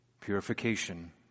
purification